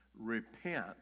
repent